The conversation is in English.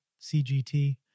CGT